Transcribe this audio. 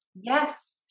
Yes